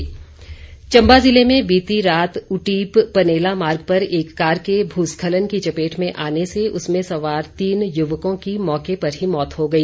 दुर्घटना चंबा ज़िले में बीती रात उटीप पनेला मार्ग पर एक कार के भूस्खलन की चपेट में आने से उसमें सवार तीन युवकों की मौके पर ही मौत हो गई